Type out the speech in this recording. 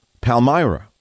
Palmyra